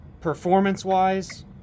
performance-wise